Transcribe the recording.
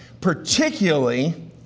particularly